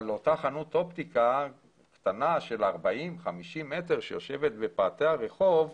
אבל לאותה חנות אופטיקה קטנה של 40 50 מטר שיושבת בפאתי הרחוב,